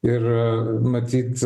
ir matyt